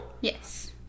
Yes